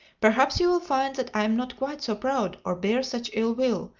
perhaps you will find that i am not quite so proud, or bear such ill-will,